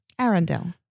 Arendelle